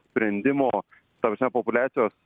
sprendimo ta prasme populiacijos